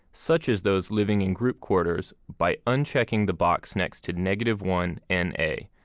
such as those living in group quarters, by unchecking the box next to next to one n a.